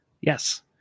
Yes